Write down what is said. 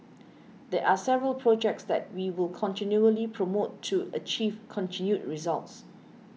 there are several projects that we will continually promote to achieve continued results